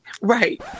Right